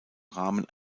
rahmen